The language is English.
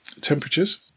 temperatures